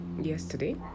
yesterday